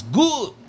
good